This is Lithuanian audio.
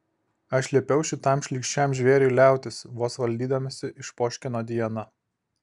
aš liepiau šitam šlykščiam žvėriui liautis vos valdydamasi išpoškino diana